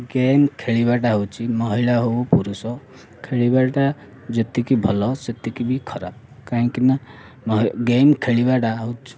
game ଖେଳିବାଟା ହେଉଛି ମହିଳା ହେଉ ପୁରୁଷ ଖେଳିବାଟା ଯେତିକି ଭଲ ସେତିକି ବି ଖରାପ କାହିଁକିନା ଗେମ୍ ଖେଳିବାଟା ହେଉଛି